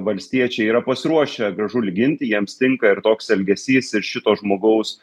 valstiečiai yra pasiruošę gražulį gint jiems tinka ir toks elgesys ir šito žmogaus